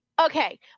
Okay